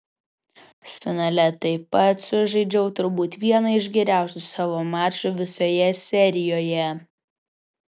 finale taip pat sužaidžiau turbūt vieną iš geriausių savo mačų visoje serijoje